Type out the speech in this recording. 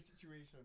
situation